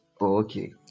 Okay